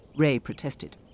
ray protested.